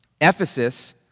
Ephesus